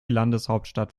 landeshauptstadt